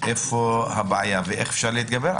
היכן הבעיה ואיך אפשר להתגבר עליה.